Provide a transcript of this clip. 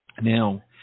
Now